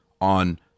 on